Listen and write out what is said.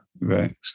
right